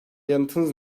yanıtınız